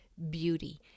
beauty